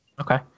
Okay